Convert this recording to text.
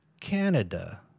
canada